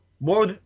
more